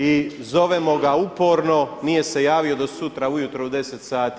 I zovemo ga uporno, nije se javio do sutra ujutro u 10 sati.